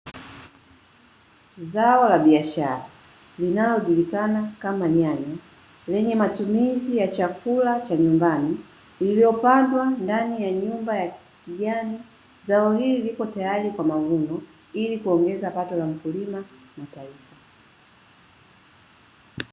zao la biashara linalojulikana kama nyaya lenye matumizi ya chakula cha nyumbani, iliyopaswa ndani ya nyumba ya kijani zao hili liko tayari kwa mavuno, ili kuongeza pato la mkulima na taifa.